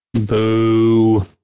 Boo